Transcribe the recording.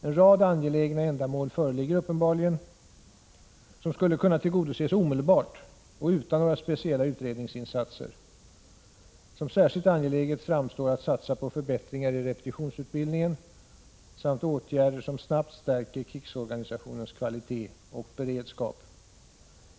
En rad angelägna ändamål föreligger uppenbarligen som skulle kunna tillgodoses omedelbart och utan några speciella utredningsinsatser. Som särskilt angeläget framstår att satsa på förbättringar i repetitionsutbildningen samt åtgärder som snabbt stärker krigsorganisationens kvalitet och beredskap.